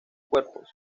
cuerpos